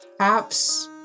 apps